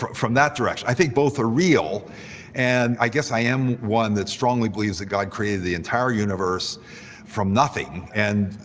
from from that direction. i think both are real and i guess i am one that strongly believes that god created the entire universe from nothing and,